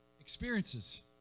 Experiences